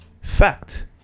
fact